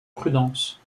prudence